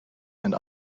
and